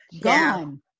gone